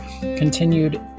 continued